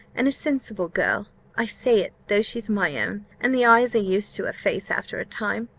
and a sensible girl i say it, though she's my own and the eyes are used to a face after a time,